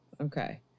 Okay